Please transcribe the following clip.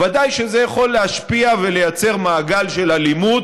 ודאי שזה יכול להשפיע ולייצר מעגל של אלימות,